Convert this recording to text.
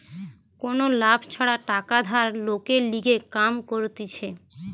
কোনো লাভ ছাড়া টাকা ধার লোকের লিগে কাম করতিছে